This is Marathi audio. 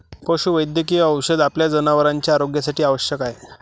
पशुवैद्यकीय औषध आपल्या जनावरांच्या आरोग्यासाठी आवश्यक आहे